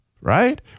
right